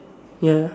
ya